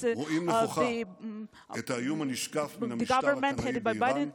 אנחנו רואים נכוחה את האיום הנשקף מן המשטר הקנאי באיראן,